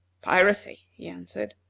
piracy, he answered.